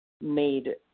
made